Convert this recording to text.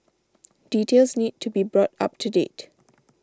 details need to be brought up to date